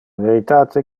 veritate